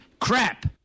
crap